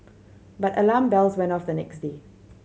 but alarm bells went off the next day